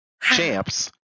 champs